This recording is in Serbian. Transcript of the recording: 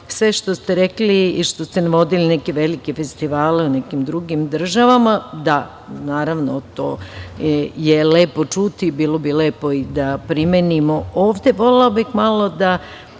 sve što ste rekli i što ste navodili neke velike festivale u nekim drugim državama. Da, naravno, to je lepo čuti, bilo bi lepo i da primenimo ovde.